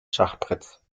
schachbretts